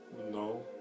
No